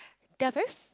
there're very f~